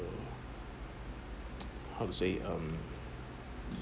how to say um